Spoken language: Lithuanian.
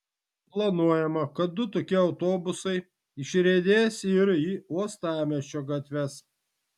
planuojama kad du tokie autobusai išriedės ir į uostamiesčio gatves